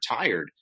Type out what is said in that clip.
retired